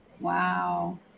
Wow